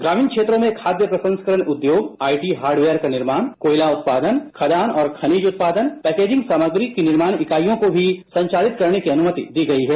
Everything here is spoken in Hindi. ग्रमीण क्षेत्रों में खाद्य प्रसंस्करण उद्योग आईटी हार्डवेयर का निर्माण कोयला उत्पादन खद्यान और खनिज उत्पादन पैकेजिंग सामग्री की निर्माण ईकाईयों की भी संचालित करने की अनुमति दी गई है